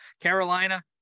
Carolina